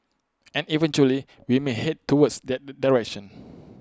and eventually we may Head towards that direction